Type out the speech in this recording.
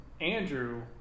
Andrew